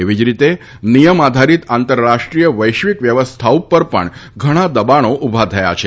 એવી જ રીતે નિયમ આધારિત આંતરરાષ્ટ્રીય વૈશ્વિક વ્યવસ્થા ઉપર પણ ઘણા દબાણો ઊભા થયા છે